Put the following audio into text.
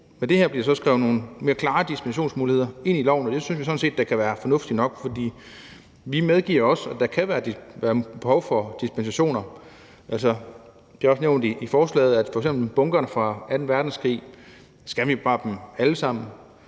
med det her bliver der skrevet nogle mere klare dispensationsmuligheder ind i loven, og det synes vi sådan set kan være fornuftigt nok, for vi medgiver også, at der kan være behov for dispensationer. Der er f. eks. også nævnt bunkerne fra anden verdenskrig i forslaget. Skal vi bevare dem alle sammen?